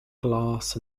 glass